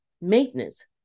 maintenance